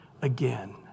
again